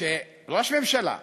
כשראש ממשלה,